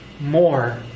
more